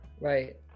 Right